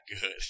good